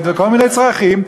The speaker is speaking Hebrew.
לכל מיני צרכים,